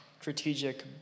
strategic